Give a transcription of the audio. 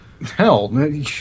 Hell